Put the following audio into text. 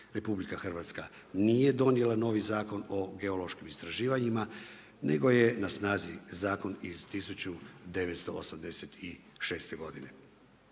RH nije donijela novi Zakon o geološkim istraživanjima nego je na snazi zakon iz 1986. godine.